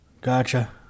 Gotcha